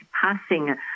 passing